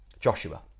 Joshua